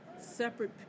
separate